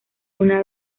una